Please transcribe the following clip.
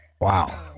Wow